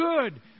good